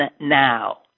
now